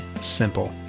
simple